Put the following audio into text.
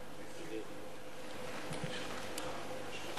בבקשה, ואחריו, סגן השר ליצמן.